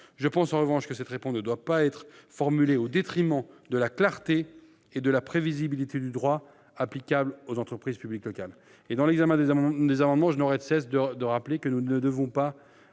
Je pense, en revanche, que cette réponse ne doit pas être formulée au détriment de la clarté et de la prévisibilité du droit applicable aux entreprises publiques locales. Au cours de l'examen des amendements, je n'aurai de cesse de le rappeler. Nous ne devons pas